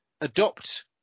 adopt